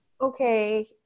okay